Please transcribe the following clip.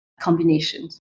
combinations